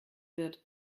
wird